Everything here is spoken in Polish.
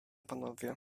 panowie